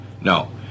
No